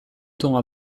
temps